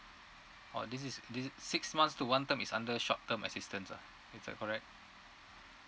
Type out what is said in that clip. oh this is this six months to one term is under short term assistance lah is that correct